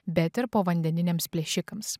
bet ir povandeniniams plėšikams